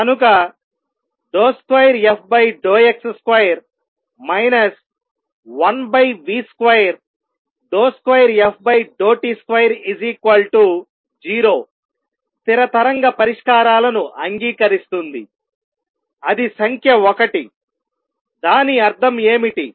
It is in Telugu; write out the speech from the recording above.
కనుక 2fx2 1v22ft20 స్థిర తరంగ పరిష్కారాలను అంగీకరిస్తుందిఅది సంఖ్య 1దాని అర్థం ఏమిటి